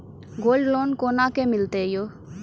Gold loan कोना के मिलते यो?